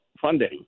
funding